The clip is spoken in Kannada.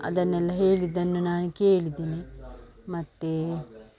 ಅದನ್ನೆಲ್ಲ ಹೇಳಿದ್ದನ್ನು ನಾನು ಕೇಳಿದ್ದೇನೆ ಮತ್ತು